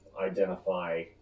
identify